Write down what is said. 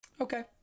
Okay